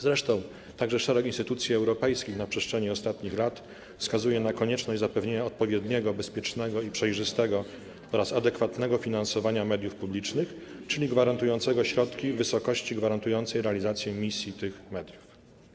Zresztą także szereg instytucji europejskich na przestrzeni ostatnich lat wskazuje na konieczność zapewnienia odpowiedniego, bezpiecznego, przejrzystego oraz adekwatnego finansowania mediów publicznych, czyli finansowania gwarantującego środki w wysokości zapewniającej realizację misji tych mediów.